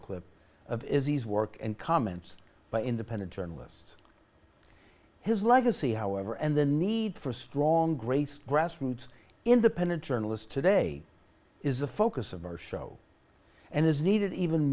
clip of izzy's work and comments by independent journalists his legacy however and the need for strong grace grassroots independent journalists today is the focus of our show and is needed even